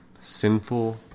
sinful